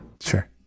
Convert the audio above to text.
Sure